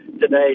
today